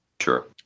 Sure